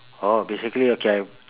oh basically okay I